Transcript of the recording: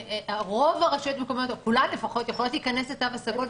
רוב רשויות מקומיות או כולן לפחות יכולות להיכנס לתו הסגול,